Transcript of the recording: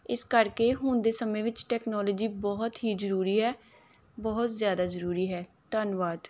ਇਸ ਕਰਕੇ ਹੁਣ ਦੇ ਸਮੇਂ ਵਿੱਚ ਟੈਕਨੋਲੋਜੀ ਬਹੁਤ ਹੀ ਜ਼ਰੂਰੀ ਹੈ ਬਹੁਤ ਜ਼ਿਆਦਾ ਜ਼ਰੂਰੀ ਹੈ ਧੰਨਵਾਦ